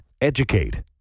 educate